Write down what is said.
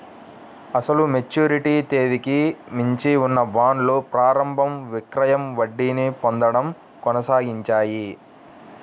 అసలు మెచ్యూరిటీ తేదీకి మించి ఉన్న బాండ్లు ప్రారంభ విక్రయం వడ్డీని పొందడం కొనసాగించాయి